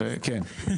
כן.